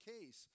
case